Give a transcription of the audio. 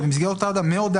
זה במסגרת אותה הודעה.